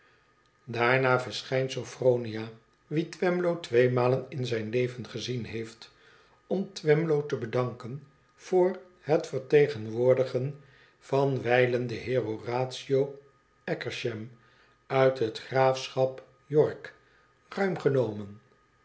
daarna verschijnt sophronia wie twemlow tweemalen in zijn leven gezien heeft om twemlow te bedanken voor het vertegenwoordigen van wijlen den heer horatio akershem uit het graafschap york ruim genomen